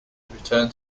return